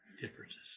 differences